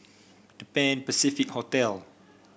Pan Pacific Hotel